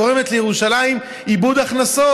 גורמת לירושלים איבוד הכנסות,